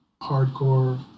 hardcore